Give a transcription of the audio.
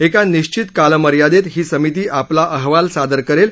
एका निश्चित कालमर्यादेत ही समिती आपला अहवाल सादर करेल